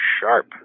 sharp